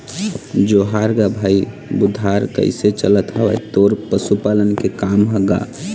जोहार गा भाई बुधार कइसे चलत हवय तोर पशुपालन के काम ह गा?